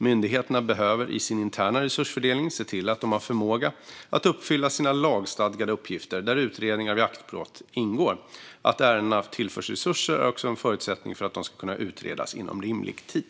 Myndigheterna behöver i sin interna resursfördelning se till att de har förmåga att uppfylla sina lagstadgade uppgifter, där utredningar av jaktbrott ingår. Att ärendena tillförs resurser är också en förutsättning för att de ska kunna utredas inom rimlig tid.